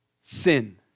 sin